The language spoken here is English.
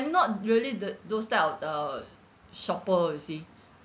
I'm not really the those type of the shopper you see